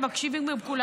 הם מקשיבים כולם.